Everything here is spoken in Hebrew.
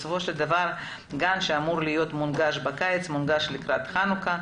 בסופו של דבר גן שאמור להיות מונגש בקיץ מונגש לקראת חנוכה.